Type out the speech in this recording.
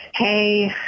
hey